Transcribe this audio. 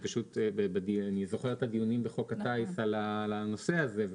אני פשוט זוכר את הדיונים בחוק הטיס על הנושא הזה.